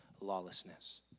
lawlessness